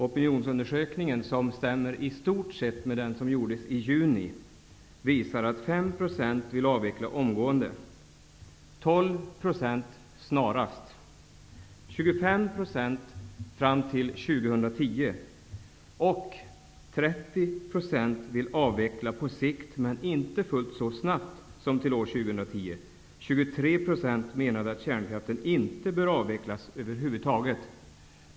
Opinionsundersökningen som i stort sett stämmer med den som gjordes i juni visar att fram till 2010 och 30 % ville avveckla på sikt men inte fullt så snabbt som till år 2010. 23 % menade att kärnkraften inte bör avvecklas över huvud taget.